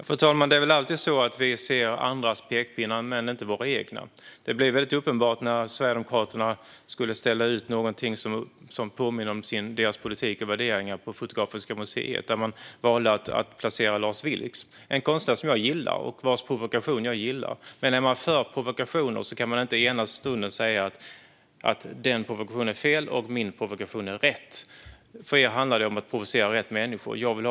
Fru talman! Det är väl alltid så att vi ser andras pekpinnar men inte våra egna. Det blev väldigt uppenbart när Sverigedemokraterna skulle ställa ut någonting som påminde om deras politik och värderingar på Fotografiska museet. Där valde de att placera ett verk av Lars Vilks, en konstnär som jag gillar och vars provokation jag gillar. Är man för provokationer kan man inte i ena stunden säga att den provokationen är fel och min provokation är rätt. För er handlar det om att provocera rätt människor, Aron Emilsson.